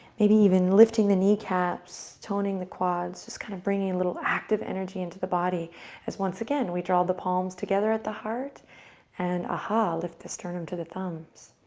maybe even lifting the knee caps, toning the quads just kind of bringing a little active energy into the body as, once again, we draw the palms together at the heart and, ah lift the sternum to the thumbs.